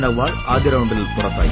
നെഹ്വാൾ ്ആദ്യ റൌണ്ടിൽ പുറത്തായി